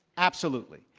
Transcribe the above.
absolutely,